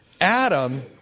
Adam